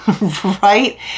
right